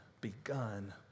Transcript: begun